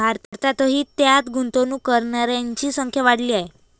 भारतातही त्यात गुंतवणूक करणाऱ्यांची संख्या वाढली आहे